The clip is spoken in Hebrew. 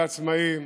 על העצמאים,